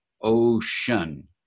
ocean